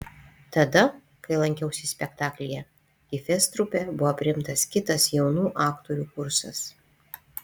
tada kai lankiausi spektaklyje į fest trupę buvo priimtas kitas jaunų aktorių kursas